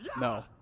No